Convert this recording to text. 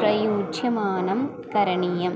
प्रयुज्यमानं करणीयम्